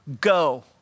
go